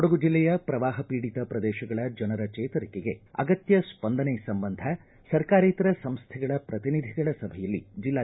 ಕೊಡಗು ಜಿಲ್ಲೆಯ ಶ್ರವಾಹ ಖೀಡಿತ ಪ್ರದೇಶಗಳ ಜನರ ಚೇತರಿಕೆಗೆ ಅಗತ್ಯ ಸ್ಪಂದನೆ ಸಂಬಂಧ ಸರ್ಕಾರೇತರ ಸಂಸ್ಥೆಗಳ ಪ್ರತಿನಿಧಿಗಳ ಸಭೆಯಲ್ಲಿ ಜಿಲ್ಲಾಧಿಕಾರಿ ಮಾತನಾಡಿದರು